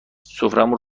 سفرمون